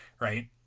right